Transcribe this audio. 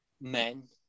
men